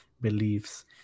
beliefs